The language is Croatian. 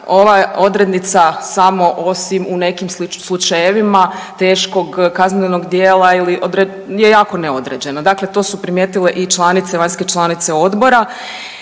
Ova je odrednica, samo osim u nekim slučajevima teškog kaznenog djela ili .../nerazumljivo/... je jako neodređena. Dakle to su primijetile i članice, vanjske članice Odbora